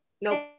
nope